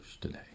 today